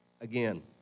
again